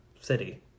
city